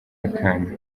akana